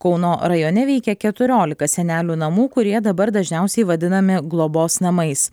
kauno rajone veikia keturiolika senelių namų kurie dabar dažniausiai vadinami globos namais